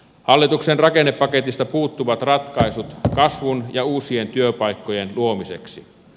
hallituksen rakennepaketista puuttuvat ratkaisut kasvun ja uusien työpaikkojen luomiseksi